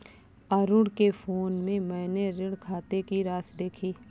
अरुण के फोन में मैने ऋण खाते की राशि देखी